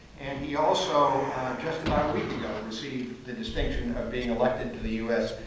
and he also just about a week ago received the distinction of being elected to the u s.